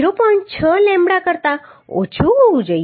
6 lambda કરતા ઓછું હોવું જોઈએ